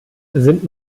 sind